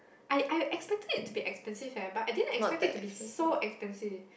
I I expected it to be expensive eh but I didn't expect it to be so expensive